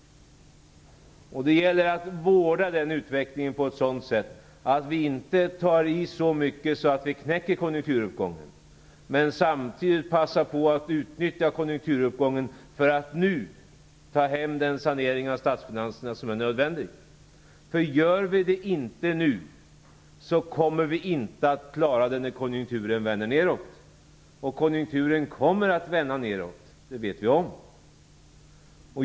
Det gäller att vårda den utvecklingen på ett sådant sätt att vi inte tar i så mycket att vi knäcker konjunkturuppgången men samtidigt passar på att utnyttja konjunkturuppgången för att nu ta hem den sanering av statsfinanserna som är nödvändig. Gör vi det inte nu kommer vi inte att klara det när konjunkturen vänder neråt. Och konjunkturen kommer att vända neråt, det vet vi.